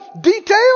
detail